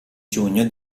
giugno